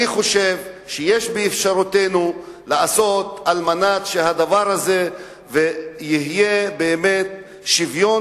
אני חושב שיש באפשרותנו לעשות על מנת שיהיה באמת שוויון